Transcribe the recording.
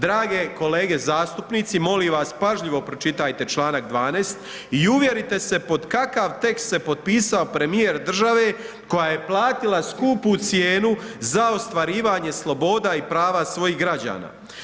Drage kolege zastupnici, molim vas pažljivo pročitajte čl. 12. i uvjerite se pod kakav tekst se potpisao premijer države koja je platila skupu cijenu za ostvarivanje sloboda i prava svojih građana.